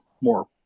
more